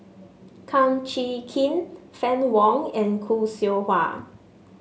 Kum Chee Kin Fann Wong and Khoo Seow Hwa